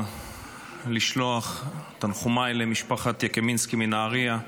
לשלוח תנחומיי למשפחת יקימינסקי מנהריה,